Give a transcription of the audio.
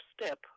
step